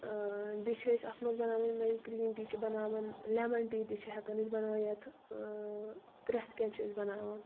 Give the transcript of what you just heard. ٲں بیٚیہِ چھِ أسۍ اتھ منٛز بناوان یِمٔے گرٛیٖن ٹی چھِ بناوان لیٚمن ٹی تہِ چھِ ہیٚکان أسۍ بنٲیِتھ ٲں پرٛیٚتھ کیٚنٛہہ چھِ أسۍ بناوان